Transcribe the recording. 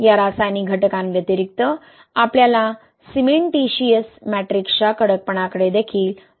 या रासायनिक घटकांव्यतिरिक्त आपल्याला सिमेंटिशियस मॅट्रिक्सच्या कडकपणाकडे देखील लक्ष देणे आवश्यक आहे